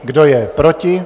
Kdo je proti?